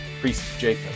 priestjacob